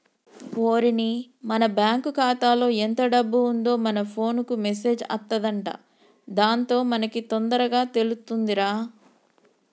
ఓరిని మన బ్యాంకు ఖాతాలో ఎంత డబ్బు ఉందో మన ఫోన్ కు మెసేజ్ అత్తదంట దాంతో మనకి తొందరగా తెలుతుందిరా